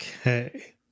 Okay